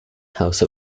house